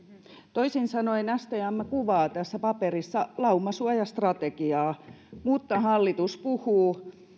toisin sanoen stm kuvaa tässä paperissa laumasuojastrategiaa mutta hallitus puhuu